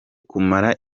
kumara